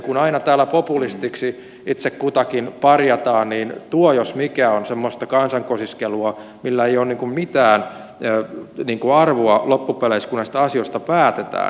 kun täällä aina populistiksi itse kutakin parjataan niin tuo jos mikä on semmoista kansan kosiskelua millä ei ole mitään arvoa loppupeleissä kun näistä asioista päätetään